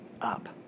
up